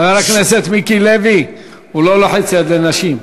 חבר הכנסת מיקי לוי, הוא לא לוחץ יד לנשים.